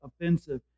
offensive